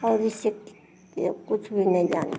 और जैसे ये कुछ भी नहीं जानते